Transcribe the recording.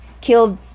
killed